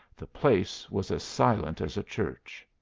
the place was as silent as a church.